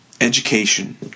education